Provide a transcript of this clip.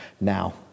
now